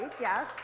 yes